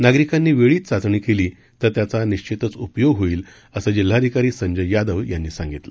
नागरिकांनी वेळीच चाचणी केली तर त्याचा निश्वितच उपयोग होईल असं जिल्हाधिकारी संजय यादव यांनी सांगितलं